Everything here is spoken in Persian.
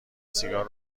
سیگار